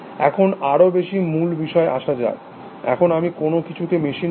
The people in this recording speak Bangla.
এখন আরো বেশি মূল বিষয় আসা যাক কখন আমি কোনো কিছুকে মেশিন বলি